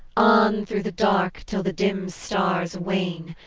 on through the dark till the dim stars wane?